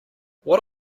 what